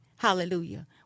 Hallelujah